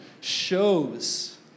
shows